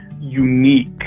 unique